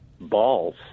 balls